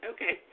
Okay